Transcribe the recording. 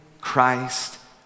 Christ